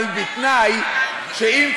יש היגיון, אבל, אבל בתנאי שאם כנים